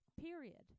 period